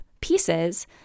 pieces